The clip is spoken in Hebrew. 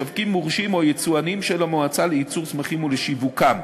משווקים מורשים ויצואנים על-ידי המועצה לייצור צמחים ולשיווקם.